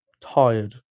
tired